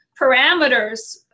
parameters